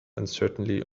uncertainly